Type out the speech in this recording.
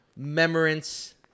memorance